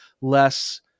less